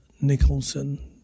Nicholson